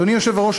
אדוני היושב-ראש,